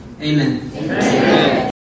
Amen